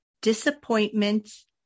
disappointments